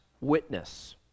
witness